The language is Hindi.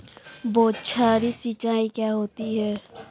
बौछारी सिंचाई क्या होती है?